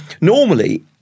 normally